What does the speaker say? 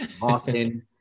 Martin